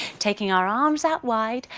taking our arms out wide,